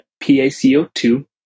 PaCO2